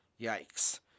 Yikes